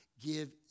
give